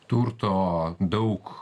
turto daug